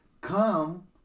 come